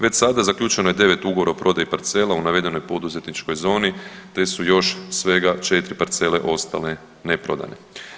Već sada zaključeno je 9 ugovora o prodaji parcela u navedenoj poduzetničkoj zoni te su još svega 4 parcele ostale neprodane.